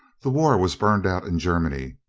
the war was burned out in germany.